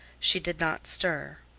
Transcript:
she did not stir.